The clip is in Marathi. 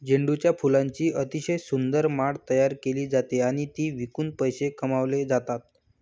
झेंडूच्या फुलांची अतिशय सुंदर माळ तयार केली जाते आणि ती विकून पैसे कमावले जातात